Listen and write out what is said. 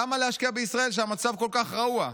למה להשקיע בישראל כשהמצב כל כך רעוע?